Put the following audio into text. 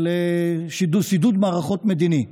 לשידוד מערכות מדיני.